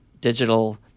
Digital